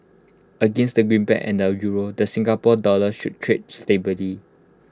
against the greenback and the euro the Singapore dollar should trade stably